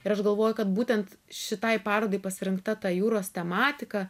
ir aš galvoju kad būtent šitai parodai pasirinkta ta jūros tematika